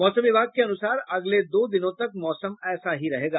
मौसम विभाग के अनुसार अगले दो दिनों तक मौसम ऐसा ही रहेगा